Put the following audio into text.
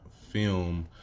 film